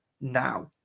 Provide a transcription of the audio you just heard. now